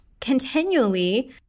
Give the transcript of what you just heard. continually